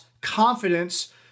confidence